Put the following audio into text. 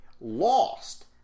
lost